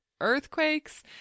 earthquakes